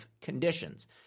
conditions